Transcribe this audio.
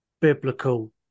biblical